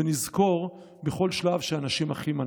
ונזכור בכל שלב שאנשים אחים אנחנו.